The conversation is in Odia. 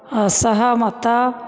ଅସହମତ